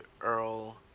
Earl